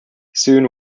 soon